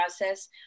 process